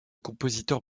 compositeurs